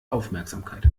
aufmerksamkeit